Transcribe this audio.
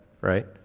right